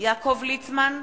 יעקב ליצמן,